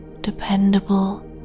dependable